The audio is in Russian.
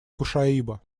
кушаиба